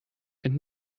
and